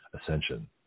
Ascension